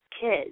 kids